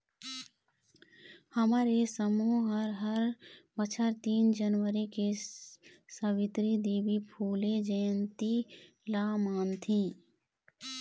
हमर ये समूह ह हर बछर तीन जनवरी के सवित्री देवी फूले जंयती ल मनाथे